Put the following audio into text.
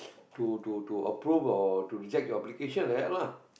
to to to approve or to reject your application like that lah